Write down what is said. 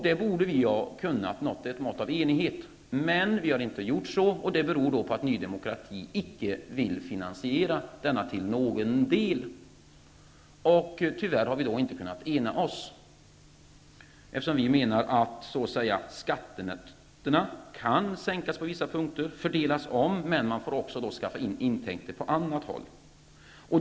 Där borde vi ha kunnat nå ett mått av enighet, men vi har inte gjort det, och det beror på att Ny demokrati icke vill finansiera detta till någon del. Tyvärr har vi inte kunnat ena oss, eftersom vi menar att skatterna kan sänkas på vissa punkter och omfördelas men att man då måste skaffa intäkter på annat håll.